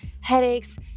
headaches